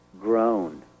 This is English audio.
grown